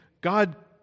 God